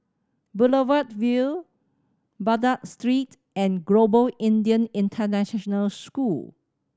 Boulevard Vue Baghdad Street and Global Indian International School